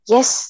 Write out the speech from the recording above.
Yes